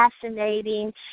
fascinating